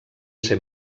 ser